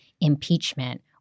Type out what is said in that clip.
impeachment